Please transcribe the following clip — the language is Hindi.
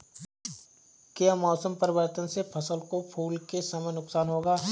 क्या मौसम परिवर्तन से फसल को फूल के समय नुकसान होगा?